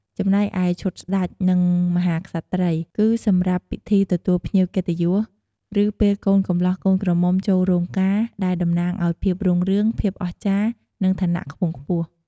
ចំណែកឯ ឈុតស្ដេច និងមហាក្សត្រីយ៍ គឺសម្រាប់ពិធីទទួលភ្ញៀវកិត្តិយស ឬពេលកូនកម្លោះកូនក្រមុំចូលរោងការ ដែលតំណាងឱ្យភាពរុងរឿង ភាពអស្ចារ្យ និងឋានៈខ្ពង់ខ្ពស់។